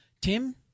Tim